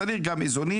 צריך גם איזונים,